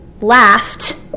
laughed